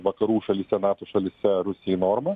vakarų šalyse nato šalyse rusijai norma